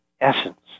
essence